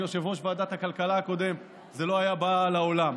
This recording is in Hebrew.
יושב-ראש ועדת הכלכלה הקודם זה לא היה בא לעולם.